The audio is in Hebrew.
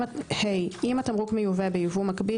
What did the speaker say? (ה) אם התמרוק מיובא בייבוא מגביל,